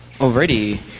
Already